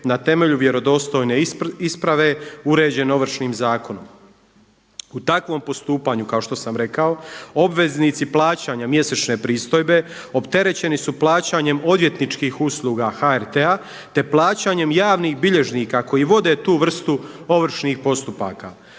na temelju vjerodostojne isprave uređen Ovršnim zakonom. U takvom postupanju kao što sam rekao obveznici plaćanja mjesečne pristojbe opterećeni su plaćanjem odvjetničkih usluga HRT-a, te plaćanjem javnih bilježnika koji vode tu vrstu ovršnih postupaka.